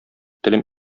телем